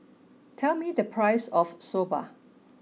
tell me the price of Soba